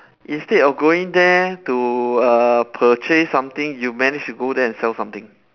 instead of going there to uh purchase something you managed to go there and sell something